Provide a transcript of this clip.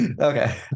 Okay